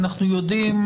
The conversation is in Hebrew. אנחנו כאן בעניין